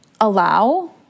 allow